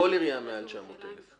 כל עירייה מעל 900 אלף,